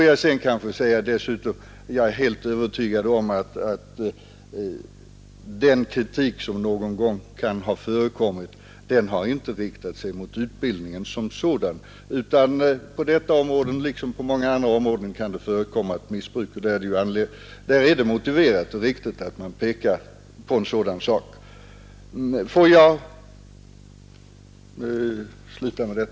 Jag är helt övertygad om att den kritik som någon gång kan ha förekommit inte har riktat sig mot utbildningen som sådan; på detta område liksom på andra kan det förekomma missbruk, och då är det motiverat att man påpekar det.